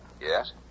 Yes